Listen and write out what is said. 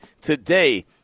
Today